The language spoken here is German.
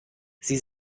sie